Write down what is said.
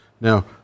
Now